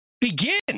begin